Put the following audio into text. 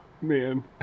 man